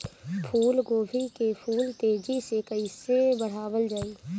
फूल गोभी के फूल तेजी से कइसे बढ़ावल जाई?